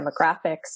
demographics